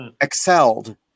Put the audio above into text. excelled